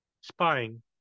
spying